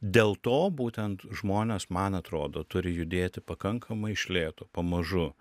dėl to būtent žmonės man atrodo turi judėti pakankamai iš lėto pamažu